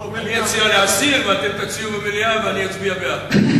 אני אציע להסיר ואתם תציעו במליאה ואני אצביע בעד.